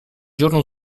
giorno